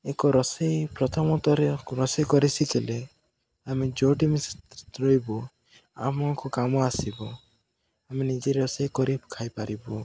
ଏକ ରୋଷେଇ ପ୍ରଥମଥରେ ରୋଷେଇ କରି ଶିଖିଲି ଆମେ ଯେଉଁଠି ମିଶି ରହିବୁ ଆମକୁ କାମ ଆସିବ ଆମେ ନିଜେ ରୋଷେଇ କରି ଖାଇପାରିବୁ